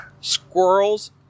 squirrels